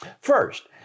First